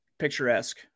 picturesque